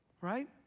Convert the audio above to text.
Right